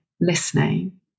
listening